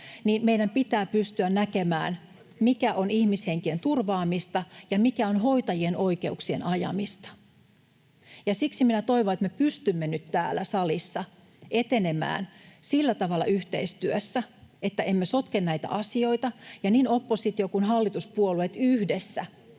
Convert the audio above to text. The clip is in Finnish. niin meidän pitää pystyä näkemään, mikä on ihmishenkien turvaamista ja mikä on hoitajien oikeuksien ajamista. Ja siksi minä toivon, että me pystymme nyt täällä salissa etenemään sillä tavalla yhteistyössä, että emme sotke näitä asioita, ja me — niin oppositio- kuin hallituspuolueet — yhdessä